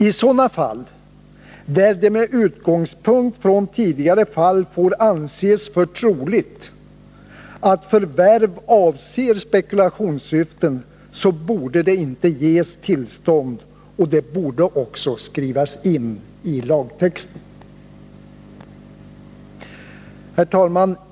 I sådana situationer — där det med utgångspunkt från tidigare fall får anses troligt att förvärv avser spekulationssyften — borde det inte ges tillstånd, och det borde också inskrivas i lagtexten. Herr talman!